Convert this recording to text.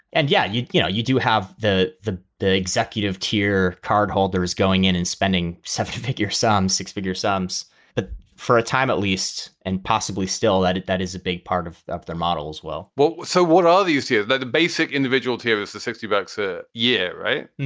and yeah, you you know, you do have the the the executive tier cardholders going in and spending seventy pick your some six figure sums but for a time at least and possibly still at it. that is a big part of of their models. well, well so what all of you see is that the basic individual tiers, the sixty bucks a year. right.